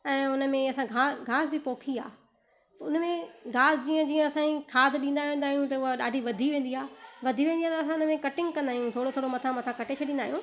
ऐं हुन में ई असां घा घास बि पोखी आहे हुन में घास जीअं जीअं असांजी खाध ॾींदा वेंदा आहियूं त उहा ॾाढी वधी वेंदी आहे वधी वेंदी आहे त असां हुन में कटिंग कंदा आहियूं थोरो थोरो मथां कटे छॾींदा आहियूं